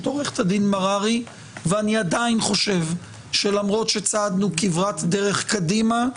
עו"ד מררי ואני עדיין חושב שלמרות שצעדנו כברת דרך קדימה,